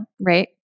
right